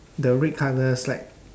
the red colour slide